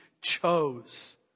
chose